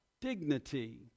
dignity